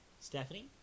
Stephanie